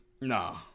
Nah